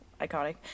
Iconic